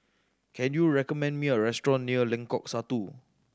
can you recommend me a restaurant near Lengkok Satu